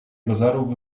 bazarów